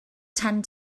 tend